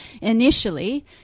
initially